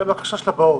אלא בקשה לבאות.